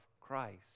Christ